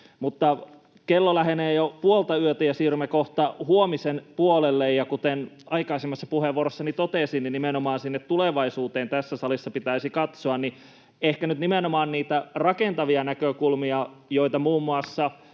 Mutta kello lähenee jo puoltayötä ja siirrymme kohta huomisen puolelle, ja kuten aikaisemmassa puheenvuorossani totesin, että nimenomaan sinne tulevaisuuteen tässä salissa pitäisi katsoa, niin ehkä nyt nimenomaan niitä rakentavia näkökulmia, joita muun muassa